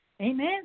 Amen